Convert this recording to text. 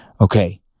Okay